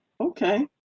Okay